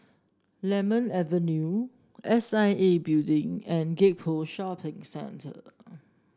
Lemon Avenue S I A Building and Gek Poh Shopping Centre